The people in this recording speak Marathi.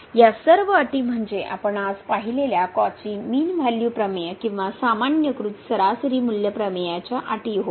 या सर्व अटी म्हणजे आपण आज पाहिलेल्या कॉची मीन व्हॅल्यू प्रमेय किंवा सामान्यीकृत सरासरी मूल्य प्रमेयाच्या अटी होय